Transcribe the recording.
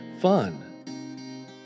fun